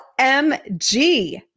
OMG